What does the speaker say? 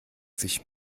sich